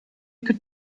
could